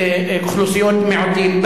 אוכלוסיות מיעוטים,